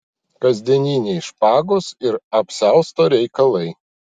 kasdieniniai špagos ir apsiausto reikalai